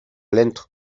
lento